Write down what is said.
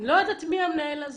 לא יודעת מי המנהל הזה.